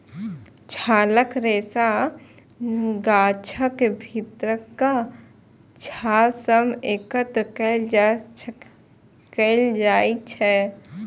छालक रेशा गाछक भीतरका छाल सं एकत्र कैल जाइ छै